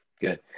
good